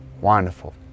wonderful